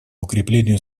укреплению